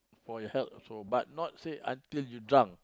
for your health also but not say until you drunk